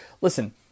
listen